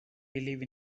believe